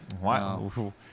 wow